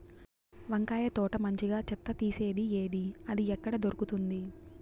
వంకాయ తోట మంచిగా చెత్త తీసేది ఏది? అది ఎక్కడ దొరుకుతుంది?